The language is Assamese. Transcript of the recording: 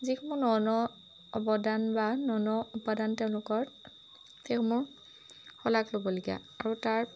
যিসমূহ ন ন অৱদান বা ন ন উপাদান তেওঁলোকৰ সেইসমূহ শলাগ ল'বলগীয়া আৰু তাৰ